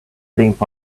limp